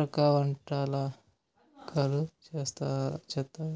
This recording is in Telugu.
రకాల వంటకాలు చేత్తారు